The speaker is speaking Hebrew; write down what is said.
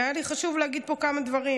והיה לי חשוב להגיד פה כמה דברים.